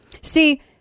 See